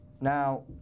Now